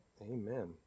Amen